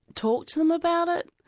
talk to them about it,